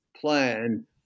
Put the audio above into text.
plan